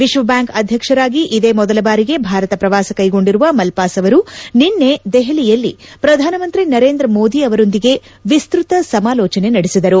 ವಿಶ್ವಬ್ಯಾಂಕ್ ಅಧ್ಯಕ್ಷರಾಗಿ ಇದೇ ಮೊದಲ ಬಾರಿಗೆ ಭಾರತ ಪ್ರವಾಸ ಕೈಗೊಂಡಿರುವ ಮಲ್ಪಾಸ್ ಅವರು ನಿನ್ನೆ ದೆಹಲಿಯಲ್ಲಿ ಪ್ರಧಾನಮಂತ್ರಿ ನರೇಂದ್ರ ಮೋದಿ ಅವರೊಂದಿಗೆ ವಿಸ್ತತ ಸಮಾಲೋಚನೆ ನಡೆಸಿದರು